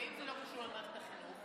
ואם זה לא קשור למערכת החינוך?